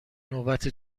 نوبت